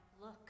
Look